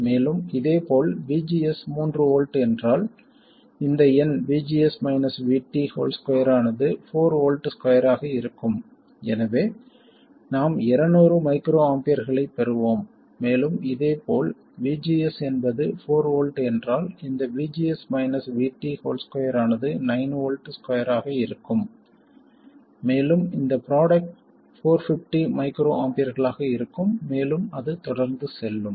மேலும் இதேபோல் VGS மூன்று வோல்ட் என்றால் இந்த எண் VGS minus VT whole square ஆனது 4 வோல்ட் ஸ்கொயர் ஆக இருக்கும் எனவே நாம் 200 மைக்ரோஆம்பியர்களைப் பெறுவோம் மேலும் இதேபோல் VGS என்பது 4 வோல்ட் என்றால் இந்த VGS minus VT whole square ஆனது 9 வோல்ட் ஸ்கொயர் ஆக இருக்கும் மேலும் இந்த ப்ராடக்ட் 450 மைக்ரோஆம்பியர்களாக இருக்கும் மேலும் அது தொடர்ந்து செல்லும்